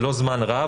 זה לא זמן רב,